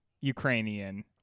Ukrainian